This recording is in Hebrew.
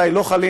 מתי לא חלים,